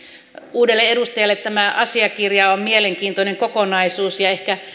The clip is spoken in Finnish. uudelle edustajalle tämä asiakirja on mielenkiintoinen kokonaisuus ja ehkä